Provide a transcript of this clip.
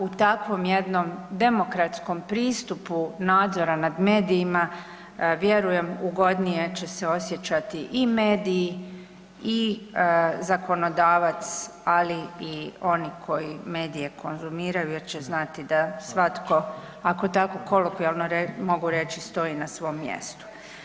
U takvom jednom demokratskom pristupu nadzora nad medijima vjerujem ugodnije će se osjećati i mediji, i zakonodavac, ali i oni koji medije konzumiraju jer će znati da svatko ako tako kolokvijalno mogu reći stoji na svom mjestu.